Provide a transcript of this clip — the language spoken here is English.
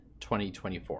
2024